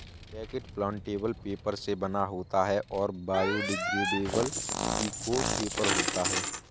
packet plantable paper से बना होता है और बायोडिग्रेडेबल इको पेपर होता है